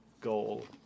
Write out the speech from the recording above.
goal